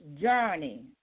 journey